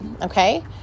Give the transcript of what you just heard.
Okay